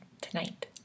tonight